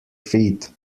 feet